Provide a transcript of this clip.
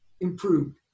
improved